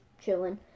chilling